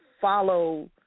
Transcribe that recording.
follow